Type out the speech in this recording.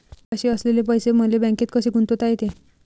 मायापाशी असलेले पैसे मले बँकेत कसे गुंतोता येते?